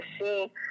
see